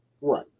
Right